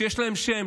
שיש להם שם,